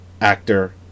Actor